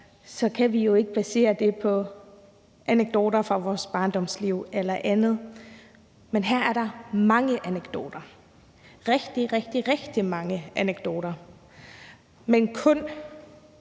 kan vi jo ikke basere det på anekdoter fra vores barndomsliv eller andet. Her er der mange anekdoter, rigtig, rigtig mange anekdoter, men der